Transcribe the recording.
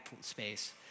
space